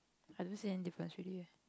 I don't see any difference yet